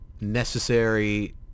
necessary